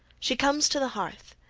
she comes to the hearth,